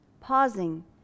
Pausing